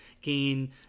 gain